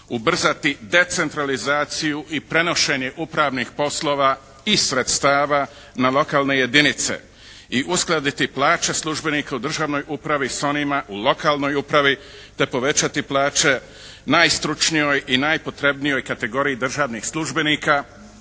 ubrzati decentralizaciju i prenošenje upravnih poslova i sredstava na lokalne jedinice i uskladiti plaće službenika u državnoj upravi s onima u lokalnoj upravi te povećati plaće najstručnijoj i najpotrebnijoj kategoriji državnih službenika